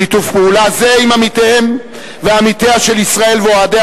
שיתוף פעולה זה עם עמיתיהם ועמיתיה של ישראל ואוהדיה